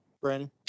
Brandon